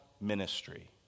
ministry